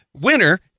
winner